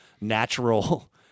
natural